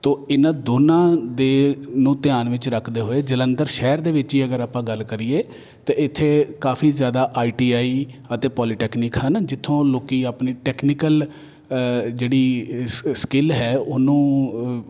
ਤੋ ਇਹਨਾਂ ਦੋਨਾਂ ਦੇ ਨੂੰ ਧਿਆਨ ਵਿੱਚ ਰੱਖਦੇ ਹੋਏ ਜਲੰਧਰ ਸ਼ਹਿਰ ਦੇ ਵਿੱਚ ਹੀ ਅਗਰ ਆਪਾਂ ਗੱਲ ਕਰੀਏ ਤਾਂ ਇੱਥੇ ਕਾਫ਼ੀ ਜ਼ਿਆਦਾ ਆਈ ਟੀ ਆਈ ਅਤੇ ਪੋਲੀਟੈਕਨਿਕ ਹਨ ਜਿੱਥੋਂ ਲੋਕ ਆਪਣੀ ਟੈਕਨੀਕਲ ਜਿਹੜੀ ਸ ਸਕਿਲ ਹੈ ਉਹਨੂੰ